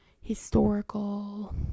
historical